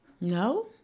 No